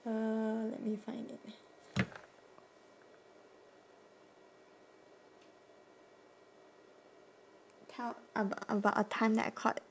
uh let me find it how tell ab~ about a time that I caught